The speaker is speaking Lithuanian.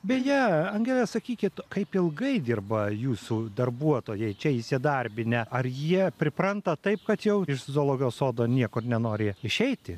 beje angele sakykit kaip ilgai dirba jūsų darbuotojai čia įsidarbinę ar jie pripranta taip kad jau iš zoologijos sodo niekur nenori išeiti